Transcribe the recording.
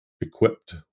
equipped